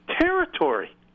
territory